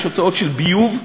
יש הוצאות על ביוב.